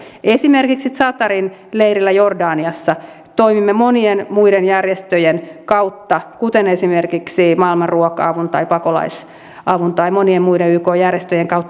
esimerkiksi zaatarin leirillä jordaniassa toimimme monien muiden järjestöjen kautta kuten esimerkiksi maailman ruokaohjelman tai pakolaisavun tai monien muiden yk järjestöjen kautta